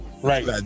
Right